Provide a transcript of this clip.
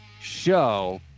show